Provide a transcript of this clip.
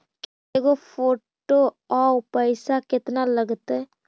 के गो फोटो औ पैसा केतना लगतै?